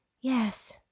Yes